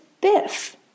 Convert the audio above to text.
biff